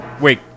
Wait